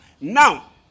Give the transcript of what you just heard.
Now